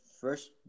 first